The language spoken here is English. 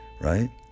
right